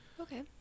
okay